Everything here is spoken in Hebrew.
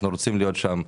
אנחנו רוצים להיות שם.